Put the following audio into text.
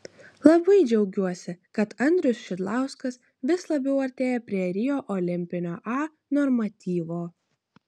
labai džiaugiuosi kad andrius šidlauskas vis labiau artėja prie rio olimpinio a normatyvo